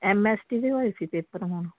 M S T ਦੇ ਹੋਏ ਸੀ ਪੇਪਰ ਹੁਣ